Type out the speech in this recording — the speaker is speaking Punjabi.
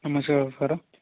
ਨਮਸਕਾਰ ਸਰ